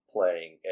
playing